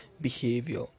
behavior